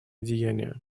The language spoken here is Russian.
деяния